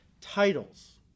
titles